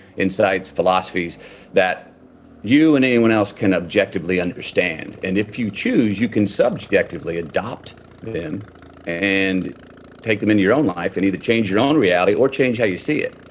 insights, philosophies that you and anyone else can objectively understand. and if you choose, you can subjectively adopt them and take them into your own life and either change your own reality or change how you see it.